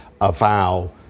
avow